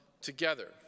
together